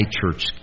church